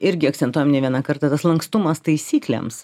irgi akcentuojam ne vieną kartą tas lankstumas taisyklėms